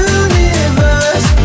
universe